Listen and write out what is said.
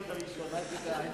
השם,